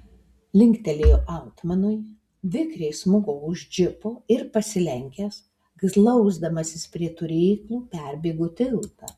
linktelėjo altmanui vikriai smuko už džipo ir pasilenkęs glausdamasis prie turėklų perbėgo tiltą